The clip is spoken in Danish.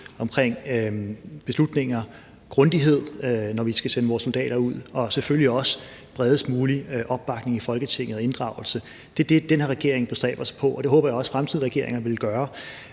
omkring beslutninger, når vi skal sende vores soldater ud, og selvfølgelig også bredest mulig opbakning i Folketinget og inddragelse. Det er det, den her regering bestræber sig på, og det håber jeg også fremtidige regeringer vil gøre.